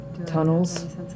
Tunnels